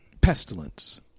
Pestilence